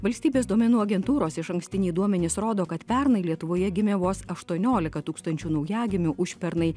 valstybės duomenų agentūros išankstiniai duomenys rodo kad pernai lietuvoje gimė vos aštuoniolika tūkstančių naujagimių užpernai